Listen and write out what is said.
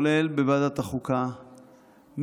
בוועדת החוקה,